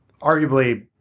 Arguably